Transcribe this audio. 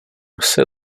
jsi